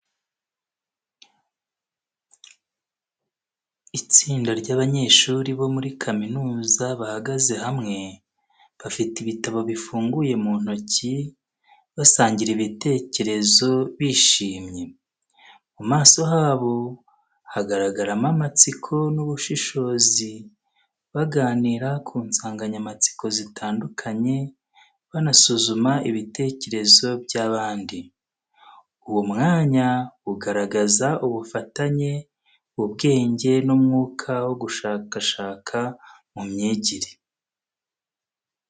Itsinda ry’abanyeshuri bo muri kaminuza bahagaze hamwe, bafite ibitabo bifunguye mu ntoki, basangira ibitekerezo bishimye. Mu maso habo hagaragaramo amatsiko n’ubushishozi, baganira ku nsanganyamatsiko zitandukanye, banasuzuma ibitekerezo by’abandi. Uwo mwanya ugaragaza ubufatanye, ubwenge, n’umwuka wo gushakashaka mu myigire.